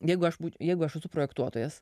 jeigu aš jeigu aš esu projektuotojas